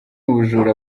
ubujura